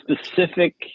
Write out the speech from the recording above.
specific